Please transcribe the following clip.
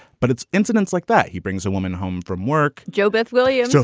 but it's incidents like that. he brings a woman home from work. jo beth williams, so